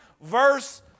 verse